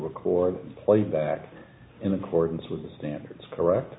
record playback in accordance with the standards correct